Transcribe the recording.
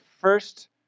first